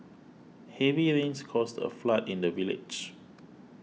heavy rains caused a flood in the village